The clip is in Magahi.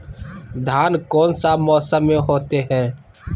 धान कौन सा मौसम में होते है?